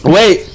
Wait